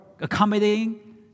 accommodating